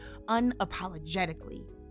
unapologetically